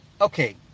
okay